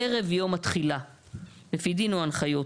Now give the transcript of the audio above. ערב יום התחילה לפי דין או הנחיות".